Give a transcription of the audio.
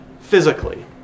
physically